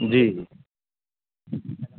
जी